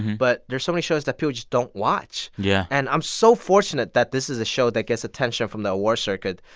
but there are so many shows that people just don't watch. yeah and i'm so fortunate that this is a show that gets attention from the award circuit.